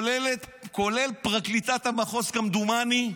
כולל פרקליטת המחוז, כמדומני,